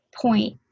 point